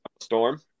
storm